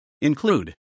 include